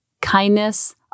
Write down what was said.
kindness